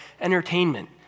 entertainment